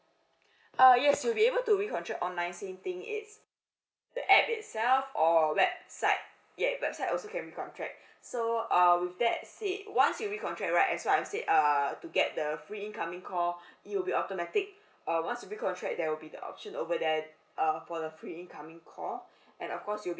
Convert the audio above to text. uh yes you'll be able to recontract online same thing is the app itself or website yes website also can recontract so uh with that said once you recontract right as what I said err to get the free incoming call you'll be automatic uh once you recontract there will be the option over there uh for the free incoming call and of course you'll be